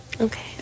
Okay